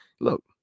Look